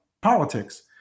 politics